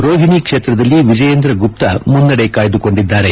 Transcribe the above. ರೋಹಿಣಿ ಕ್ಷೇತ್ರದಲ್ಲಿ ವಿಜಯೇಂದ್ರ ಗುಪ್ತಾ ಮುನ್ನಡೆ ಕಾಯ್ದುಕೊಂಡಿದ್ದಾರೆ